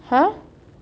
!huh!